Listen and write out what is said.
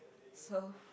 so